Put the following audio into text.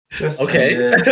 Okay